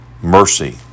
mercy